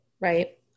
Right